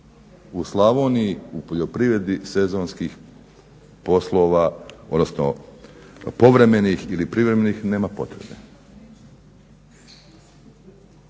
U Slavoniji u poljoprivredi sezonskih poslova odnosno povremenih ili privremenih nema potrebe.